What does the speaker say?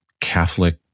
Catholic